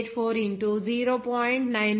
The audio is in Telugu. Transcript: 884 ఇంటూ 0